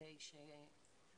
אני חושבת